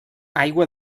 aigua